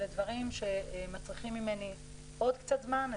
אלה דברים שמצריכים ממני עוד קצת זמן.